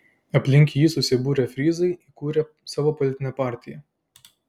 aplink jį susibūrę fryzai įkūrė savo politinę partiją